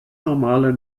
normale